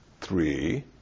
three